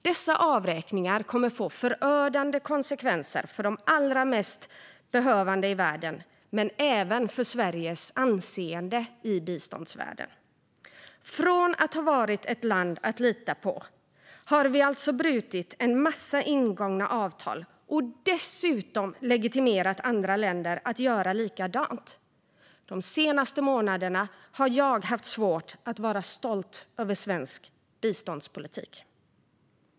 Dessa avräkningar kommer att få förödande konsekvenser för de allra mest behövande i världen men även för Sveriges anseende i biståndsvärlden. Från att ha varit ett land att lita på har vi nu alltså brutit en massa ingångna avtal och dessutom legitimerat andra länder att göra likadant. De senaste månaderna har jag haft svårt att vara stolt över svensk biståndspolitik.